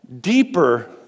deeper